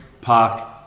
park